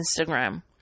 Instagram